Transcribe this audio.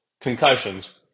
concussions